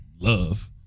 love